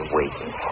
waiting